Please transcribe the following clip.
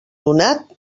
donat